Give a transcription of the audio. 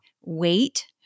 weight